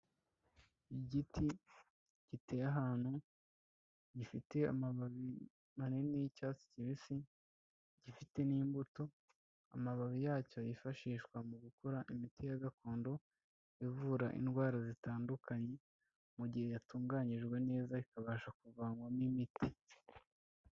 Igiti giteye ahantu gifite amababi manini y'icyatsi kibisi, gifite n'imbuto, amababi yacyo yifashishwa mu gukora imiti ya gakondo ivura indwara zitandukanye mu gihe yatunganyijwe neza ikabasha kuvanywa n'imiti.